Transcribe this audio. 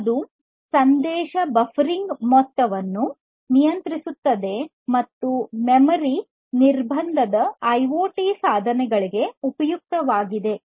ಅದು ಸಂದೇಶ ಬಫರಿಂಗ್ ಮೊತ್ತವನ್ನು ನಿಯಂತ್ರಿಸುತ್ತದೆ ಮತ್ತು ಮೆಮೊರಿ ನಿರ್ಬಂಧದ ಐಒಟಿ ಸಾಧನಗಳಿಗೆ ಉಪಯುಕ್ತವಾಗಿದೆ